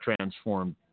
transformed